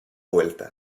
vuelta